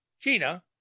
Gina